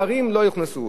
שהוא גם כן חשוב,